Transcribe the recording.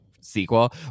sequel